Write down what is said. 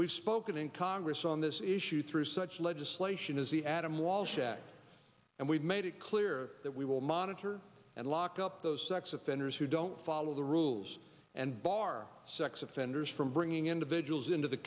we've spoken in congress on this issue through such legislation as the adam walsh act and we've made it clear that we will monitor and lock up those sex offenders who don't follow the rules and bar sex offenders from bringing individuals into the